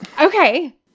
okay